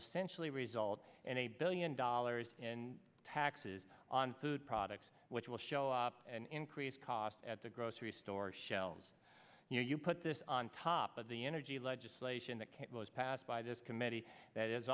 essentially result in a billion dollars in taxes on food products which will show up and increase cost at the grocery store shelves you know you put this on top of the energy legislation that kate was passed by this committee that is